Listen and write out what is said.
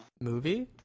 Movie